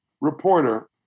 reporter